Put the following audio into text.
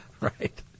right